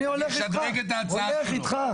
אשדרג את ההצעה שלו.